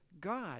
God